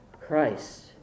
Christ